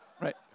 right